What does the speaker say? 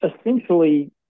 essentially